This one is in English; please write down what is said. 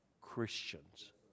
Christians